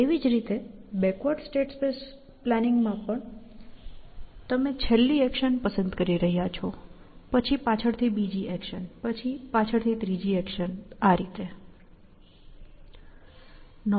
તેવી જ રીતે બેકવર્ડ સ્ટેટ સ્પેસ પ્લાનિંગ માં પણ તમે છેલ્લી એક્શન પસંદ કરી રહ્યા છો પછી પાછળ થી બીજી એક્શન પછી પાછળ થી ત્રીજી એક્શન અને તેથી વધુ